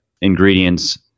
ingredients